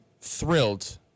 thrilled